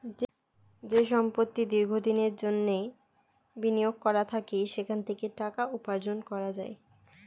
যে সম্পত্তি দীর্ঘ দিনের জন্যে বিনিয়োগ করা থাকে সেখান থেকে টাকা উপার্জন করা যায়